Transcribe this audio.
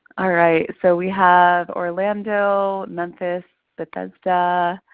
all right so we have orlando, memphis, bethesda,